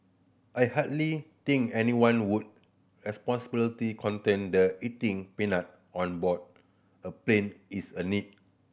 I hardly think anyone would responsibility contend the eating peanut on board a plane is a need